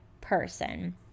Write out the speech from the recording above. person